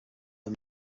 amb